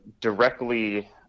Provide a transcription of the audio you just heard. directly